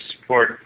support